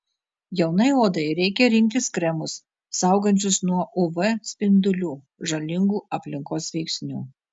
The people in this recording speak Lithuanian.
jaunai odai reikia rinktis kremus saugančius nuo uv spindulių žalingų aplinkos veiksnių